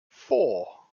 four